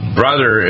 brother